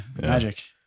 magic